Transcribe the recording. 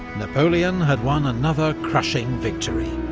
napoleon had won another crushing victory.